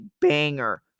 banger